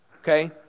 Okay